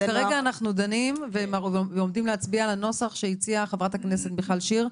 כרגע אנחנו דנים ועומדים להצביע על הנוסח שהציעה חה"כ מיכל שיר,